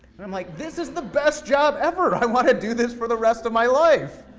and i'm like this is the best job ever, i wanna do this for the rest of my life.